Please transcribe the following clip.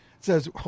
says